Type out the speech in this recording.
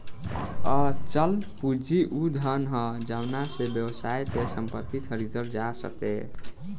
अचल पूंजी उ धन ह जावना से व्यवसाय के संपत्ति खरीदल जा सके